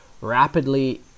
rapidly